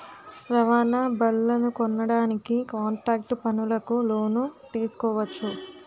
రవాణా బళ్లనుకొనడానికి కాంట్రాక్టు పనులకు లోను తీసుకోవచ్చు